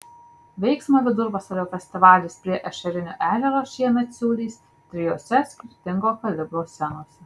veiksmą vidurvasario festivalis prie ešerinio ežero šiemet siūlys trijose skirtingo kalibro scenose